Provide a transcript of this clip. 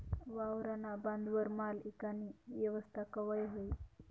वावरना बांधवर माल ईकानी येवस्था कवय व्हयी?